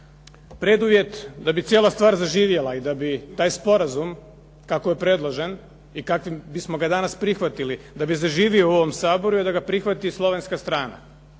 preduvjet da bi cijela stvar zaživjela i da bi taj sporazum kako je predložen i kakvim bismo ga danas prihvatili, da bi zaživio u ovom Saboru je da ga prihvati slovenska strana.